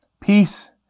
peace